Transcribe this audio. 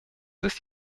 ist